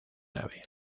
nave